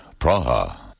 Praha